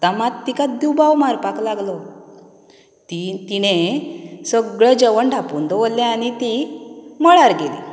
आतां मात तिका दुबाव मारपाक लागलो ती तिणें सगळें जेवण धापून दवरलें आनी ती मळार गेली